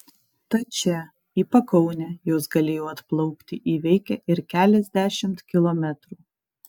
tad čia į pakaunę jos galėjo atplaukti įveikę ir keliasdešimt kilometrų